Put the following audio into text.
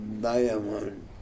diamond